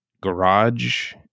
garage